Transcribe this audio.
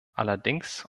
allerdings